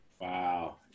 Wow